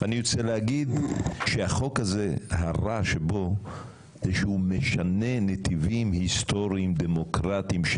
אני רוצה להגיד שהחוק הרע הזה משנה נתיבים היסטוריים דמוקרטיים,